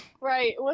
Right